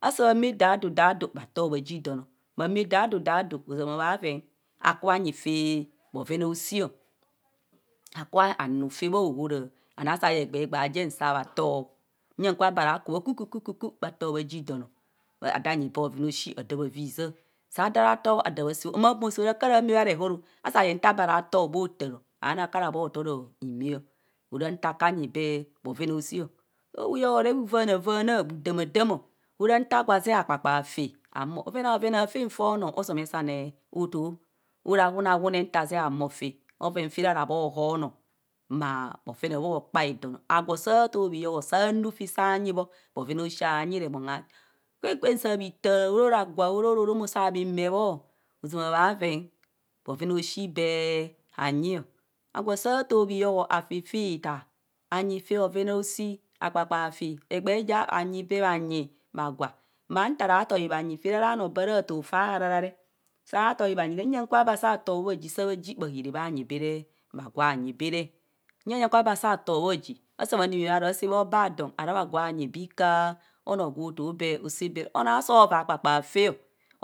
Asaa bha mạạ daadu bha too bha ji don. bha mạạ daadu ozoma bhaven akuba nyi fi bhoven oshi akuba nu fi bha othora anang bhe egbee egbee ajem saa too ku ku ku ku bhsji don adaa nyi bee bhoven aoshi, adas bha viizaa. saa daa rataa bho. saa das raataa adaa bha saa bho. maa mo suo raa kara mee bha rehoro a saa yeng nte bee ara bha tuo leho taaro haoni kara bho toro himas o ora nta ka nyi bee bhoven aoshi. Soo bhihoho re bhuvaana vaana bhu damaadamo, ara nta gwa akpakpas faa ahumo bhoven a bhoven aafen aafen foo some sane aatoo ara awunawune nta zee ahumo fe bhaven fe re ara bhohuono maa bhovene bho bhokpae don, agwo saa too bhiyoho saa nuu fi sanyibho, abhevena oshi aanyi rumon a. kwen kwen saa bhi taa oro ra gwa oro ra orom o saa bhi mee bho, ozama bhaaven bheven aoshi bee hanyio, agwo saa too bhiboho afi fi itaa anyi fi bhen aoshi, akpakpaa fi, egbee ja anyi bee bhanyi bha gwaa maa ntaraa tuoe bhanyi bạạ re ara noo ba ra tuo fa harara re saa tuoe bhanyi bạạ nyaa kwa abee asaa tuo bho bhaji saa bhaji, bha haare bhanyi bạạ re bha gwa nyi bạạ re. nya nyang kwa bre saa bha too bho bhsji asaa bha namạnạ bha ro baa saa bho bhe adon ara gwa nyi bii kaa onoo gwo too bee bee asaa onaa osoo voi akpakpss fe.